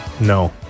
No